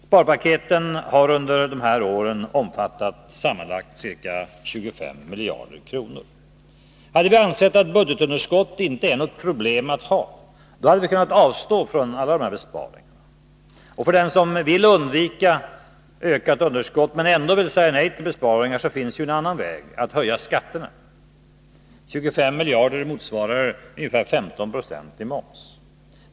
Sparpaketen har under dessa år omfattat sammanlagt ca 25 miljarder kronor. Hade vi ansett att budgetunderskott inte är något problem, hade vi kunnat avstå från alla dessa besparingar. För den som vill undvika ökat underskott men ändå vill säga nej till besparingar finns det ju en annan väg: att höja skatterna. 25 miljarder motsvarar ungefär 15 96 i moms.